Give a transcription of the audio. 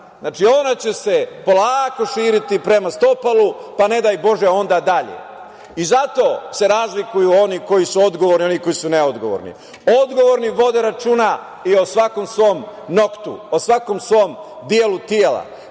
Znači, ona će se polako širiti prema stopalu, pa ne daj Bože onda dalje. Zato se razlikuju oni koji su odgovorni od onih koji su neodgovorni. Odgovorni vode računa i o svakom svom noktu, o svakom svom delu tela,